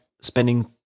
spending